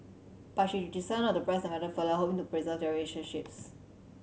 but she decided not to press the matter further hoping to preserve their relationships